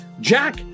Jack